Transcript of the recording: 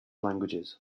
languages